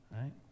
Right